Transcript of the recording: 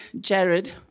Jared